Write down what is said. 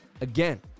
again